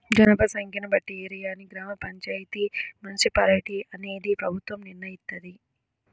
జనాభా సంఖ్యను బట్టి ఏరియాని గ్రామ పంచాయితీ, మున్సిపాలిటీ అనేది ప్రభుత్వం నిర్ణయిత్తది